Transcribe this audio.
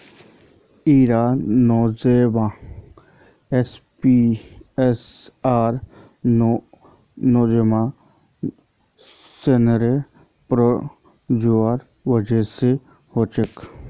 इरा Nosema apis आर Nosema ceranae protozoa वजह से होछे